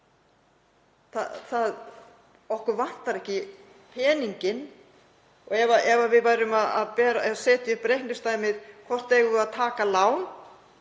Okkur vantar ekki peninginn og ef við værum að setja upp reikningsdæmið: Hvort eigum við að taka lán